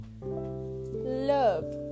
love